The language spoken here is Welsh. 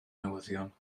newyddion